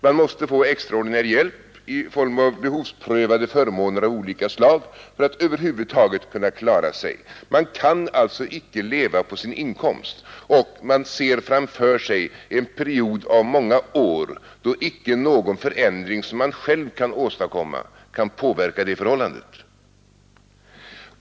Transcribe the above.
Man måste få extraordinär hjälp i form av behovsprövade förmåner av olika slag för att över huvud taget kunna klara sig. Man kan alltså icke leva på sin inkomst, och man ser framför sig en period av många år, då icke någon förändring som man själv kan åstadkomma kan påverka det förhållandet.